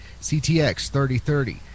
CTX-3030